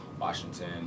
Washington